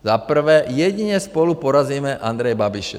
Za prvé, jedině spolu porazíme Andreje Babiše.